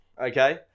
okay